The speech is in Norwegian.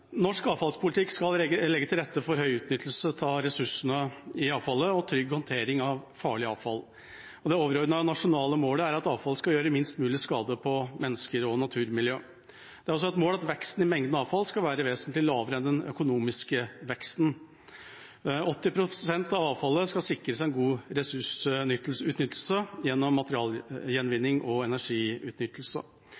Norsk avfallspolitikk skal legge til rette for høy utnyttelse av ressursene i avfallet og trygg håndtering av farlig avfall. Det overordnede nasjonale målet er at avfall skal gjøre minst mulig skade på mennesker og naturmiljø. Det er også et mål at veksten i mengden avfall skal være vesentlig lavere enn den økonomiske veksten. 80 pst. av avfallet skal sikres en god ressursutnyttelse gjennom